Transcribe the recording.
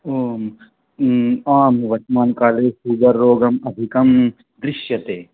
ह आं वर्तमानकाले सुगर् रोगः अधिकः दृश्यते